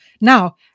Now